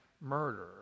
murder